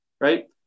Right